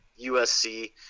usc